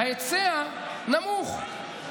ההיצע נמוך.